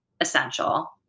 essential